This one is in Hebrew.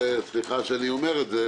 סליחה שאני אומר את זה,